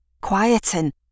quieten